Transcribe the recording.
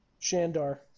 Shandar